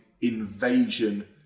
invasion